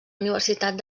universitat